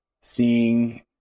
seeing